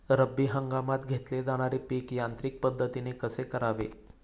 रब्बी हंगामात घेतले जाणारे पीक यांत्रिक पद्धतीने कसे करावे?